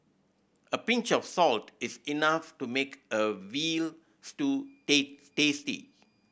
a pinch of salt is enough to make a veal stew tasty